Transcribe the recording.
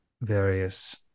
various